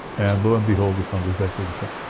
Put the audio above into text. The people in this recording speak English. and lo and behold we found exactly the same.